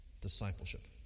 discipleship